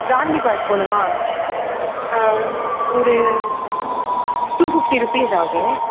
Gandhi park போகணுமா ஒரு two fifty rupees ஆகும்